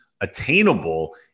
attainable